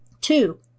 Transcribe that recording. Two